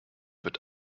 wird